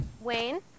Wayne